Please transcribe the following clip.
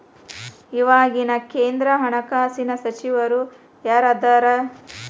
ಇವಾಗಿನ ಕೇಂದ್ರ ಹಣಕಾಸಿನ ಸಚಿವರು ಯಾರದರ